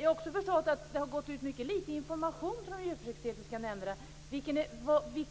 Jag har också förstått att det har gått ut mycket litet information från de djurförsöksetiska nämnderna om